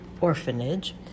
orphanage